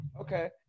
Okay